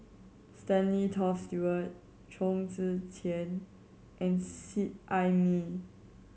Stanley Toft Stewart Chong Tze Chien and Seet Ai Mee